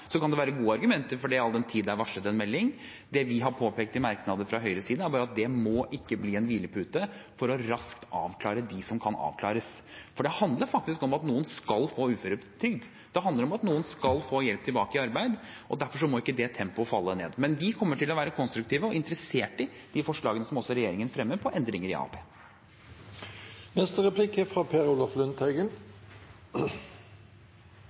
kan det være gode argumenter for det all den tid det er varslet en melding. Det vi har påpekt i merknader fra Høyres side, er bare at det ikke må bli en hvilepute for raskt å avklare dem som kan avklares. For det handler faktisk om at noen skal få uføretrygd, og at noen skal få hjelp tilbake i arbeid, og derfor må ikke det tempoet falle. Men vi kommer til å være konstruktive og interessert i de forslagene som også regjeringen fremmer, om endringer i